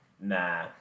Nah